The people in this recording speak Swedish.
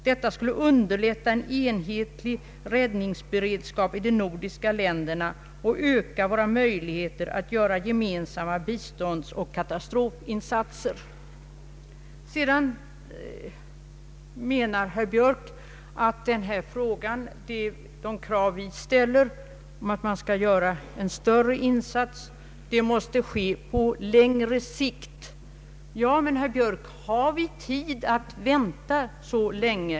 Detta skulle underlätta en enhetlig räddningsberedskap i de nordiska länderna och öka våra möjligheter att göra gemensamma biståndsoch katastrofinsatser.” Herr Björk säger att de krav som vi ställer i fråga om större insatser måste tillgodoses på längre sikt. Men, herr Björk, har vi tid att vänta så länge?